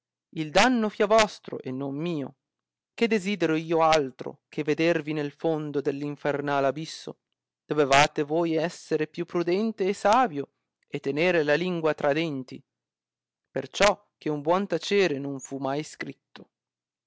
il danno fia vostro e non mio che desidero io altro che vedervi nel fondo dell infernal abisso dovevate voi essere più prudente e savio e tenere la lingua tra denti perciò che un buon tacere non fu mai scritto